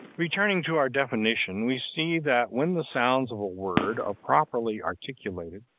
returning to our definition, we see that when the sounds of a word are properly articulated,